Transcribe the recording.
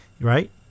Right